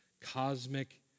cosmic